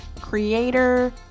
creator